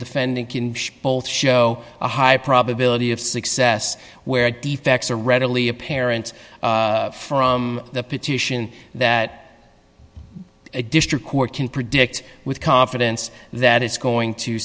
can show a high probability of success where defects are readily apparent from the petition that a district court can predict with confidence that it's going to